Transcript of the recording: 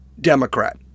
Democrat